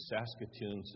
Saskatoon